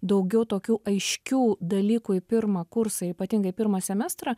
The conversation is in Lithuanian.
daugiau tokių aiškių dalykų į pirmą kursą ypatingai pirmą semestrą